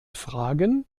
fragen